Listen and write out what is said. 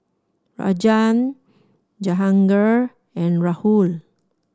Rajan Jahangir and Rahul